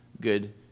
good